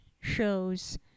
shows